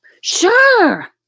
Sure